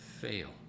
fail